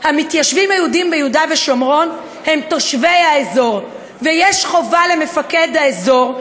המתיישבים היהודים ביהודה ושומרון הם תושבי האזור ויש חובה למפקד האזור,